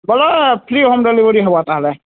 ଭଲ free home delivery ହେବ ତାହାଲେ